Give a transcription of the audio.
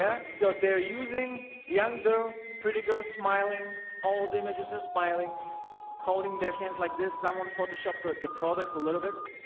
yeah so they're using younger pretty girls smiling all the images are smiling holding their hands like this someone photoshopped ah the product a little bit